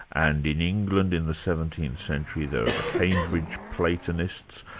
and in england in the seventeenth century there are the cambridge platonists.